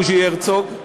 בוז'י הרצוג,